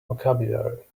vocabulary